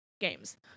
games